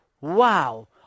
Wow